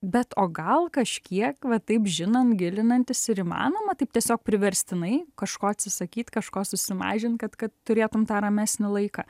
bet o gal kažkiek va taip žinant gilinantis ir įmanoma taip tiesiog priverstinai kažko atsisakyt kažko susimažint kad kad turėtum tą ramesnį laiką